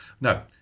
no